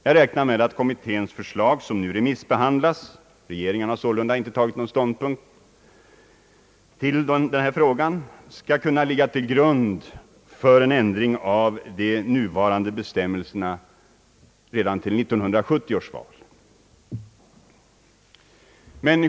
Jag räknar med att kommitténs förslag som nu remissbehandlas — regeringen har således inte intagit någon ståndpunkt i frågan — skall kunna ligga till grund för en ändring av de nuvarande bestämmelserna redan till 1970 års val.